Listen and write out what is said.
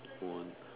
hold on